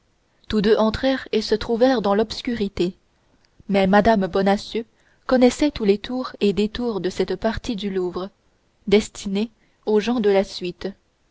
tous deux entrèrent et se trouvèrent dans l'obscurité mais mme bonacieux connaissait tous les tours et détours de cette partie du louvre destinée aux gens de la suite